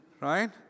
Right